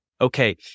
okay